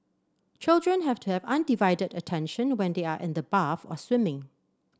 children have to have undivided attention when they are in the bath or swimming